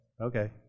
okay